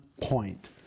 point